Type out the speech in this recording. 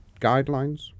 guidelines